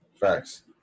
facts